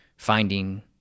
finding